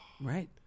right